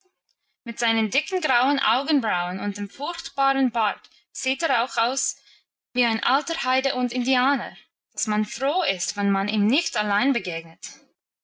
mit seinen dicken grauen augenbrauen und dem furchtbaren bart sieht er auch aus wie ein alter heide und indianer dass man froh ist wenn man ihm nicht allein begegnet